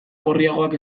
gorriagoak